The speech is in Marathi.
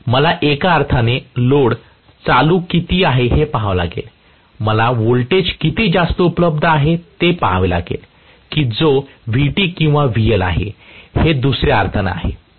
तर मला एका अर्थाने लोड चालू किती आहे हे पहावे लागेल आणि मला व्होल्टेज किती जास्त उपलब्ध आहे ते पहावे लागेल कि जो Vt किंवा VL आहे हे दुसऱ्या अर्थाने आहे